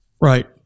Right